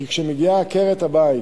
כי כשמגיעה עקרת הבית